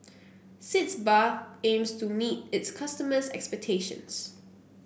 Sitz Bath aims to meet its customers' expectations